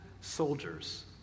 soldiers